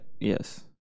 yes